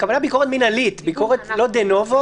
הכוונה היא ביקורת מינהלית ביקורת לא דה-נובו